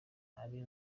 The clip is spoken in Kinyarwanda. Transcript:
ari